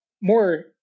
more